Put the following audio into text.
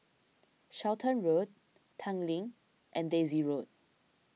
Charlton Road Tanglin and Daisy Road